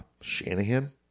Shanahan